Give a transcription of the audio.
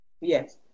Yes